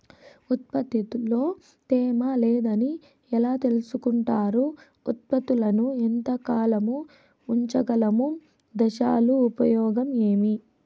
ఉత్పత్తి లో తేమ లేదని ఎలా తెలుసుకొంటారు ఉత్పత్తులను ఎంత కాలము ఉంచగలము దశలు ఉపయోగం ఏమి?